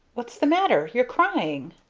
what's the matter? you're crying!